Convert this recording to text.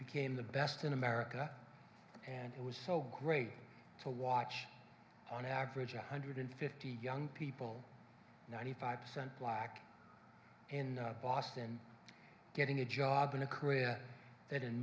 became the best in america and it was so great to watch on average one hundred fifty young people ninety five percent black in boston getting a job in a career that in